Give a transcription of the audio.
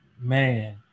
man